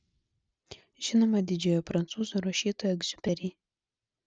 žinoma didžiojo prancūzų rašytojo egziuperi